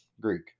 Greek